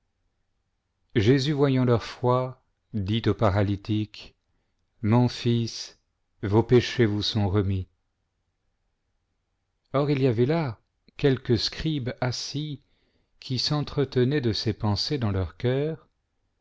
jésus voyant leur foi dit au paralytique mon fils vos péchés vous sont remis or il y avait là quelques scrihes assis qui s'entretenaient de ces pensées dans leur cœur